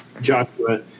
Joshua